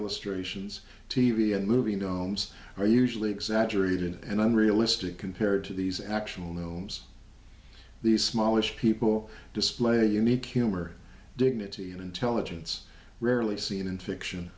illustrations t v and movie gnomes are usually exaggerated and i'm realistic compared to these actual gnomes these smallish people display unique humor dignity and intelligence rarely seen in fiction